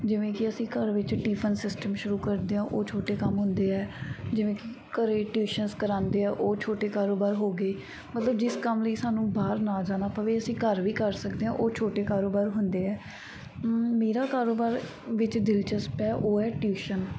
ਜਿਵੇਂ ਕਿ ਅਸੀਂ ਘਰ ਵਿੱਚ ਟੀਫਨ ਸਿਸਟਮ ਸ਼ੁਰੂ ਕਰਦੇ ਹਾਂ ਉਹ ਛੋਟੇ ਕੰਮ ਹੁੰਦੇ ਹੈ ਜਿਵੇਂ ਕਿ ਘਰ ਟਿਊਸ਼ਨਸ ਕਰਵਾਉਂਦੇ ਹਾਂ ਉਹ ਛੋਟੇ ਕਾਰੋਬਾਰ ਹੋ ਗਏ ਮਤਲਬ ਜਿਸ ਕੰਮ ਲਈ ਸਾਨੂੰ ਬਾਹਰ ਨਾ ਜਾਣਾ ਪਵੇ ਅਸੀਂ ਘਰ ਵੀ ਕਰ ਸਕਦੇ ਹਾਂ ਉਹ ਛੋਟੇ ਕਾਰੋਬਾਰ ਹੁੰਦੇ ਹੈ ਮੇਰਾ ਕਾਰੋਬਾਰ ਵਿੱਚ ਦਿਲਚਸਪ ਹੈ ਉਹ ਹੈ ਟਿਊਸ਼ਨ